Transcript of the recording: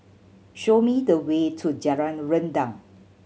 show me the way to Jalan Rendang